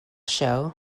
show